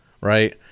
right